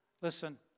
listen